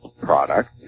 product